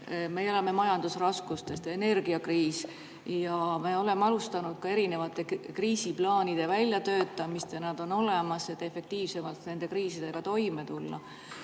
me elame majandusraskustes ja energiakriisis. Me oleme alustanud erinevate kriisiplaanide väljatöötamist, nad on olemas, et efektiivsemalt nende kriisidega toime tulla.